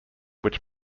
which